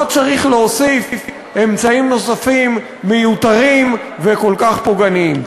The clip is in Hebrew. לא צריך להוסיף אמצעים נוספים מיותרים וכל כך פוגעניים.